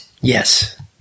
Yes